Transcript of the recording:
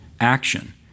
action